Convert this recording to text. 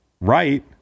right